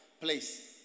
place